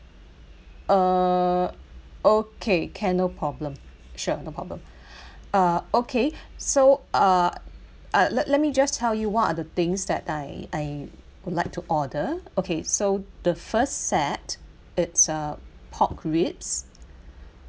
err okay can no problem sure no problem uh okay so uh uh let let me just tell you what are things that I I would like to order okay so the first set it's uh pork ribs